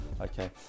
okay